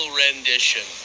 rendition